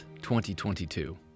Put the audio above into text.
2022